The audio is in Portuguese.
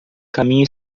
caminho